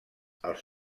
els